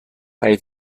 bei